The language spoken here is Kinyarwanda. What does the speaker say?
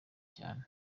cyane